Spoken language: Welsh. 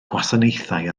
gwasanaethau